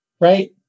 Right